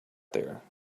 there